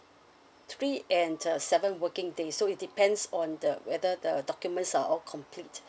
three and uh seven working days so it depends on the whether the documents are all complete